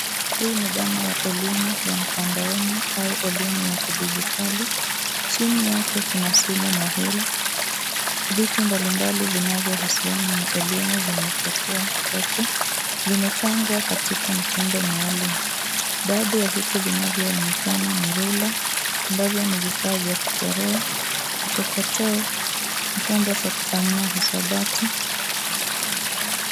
Hii ni dhana ya elimu ya mtandaoni au elimu ya kidijitali. Chini yake kuna simu mahiri. Vitu mbalimbali vinavyohusiana na elimu vimetokea kwake. Vimepangwa katika mtindo maalum . Baadhi ya vitu vinavyoonekana ni rula, ambavyo ni vifaa vya kuchorea, kikokotoo, ni chombo cha kufanyia hisabati.